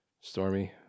stormy